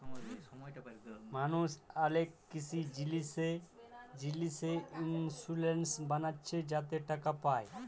মালুস অলেক কিসি জিলিসে ইলসুরেলস বালাচ্ছে যাতে টাকা পায়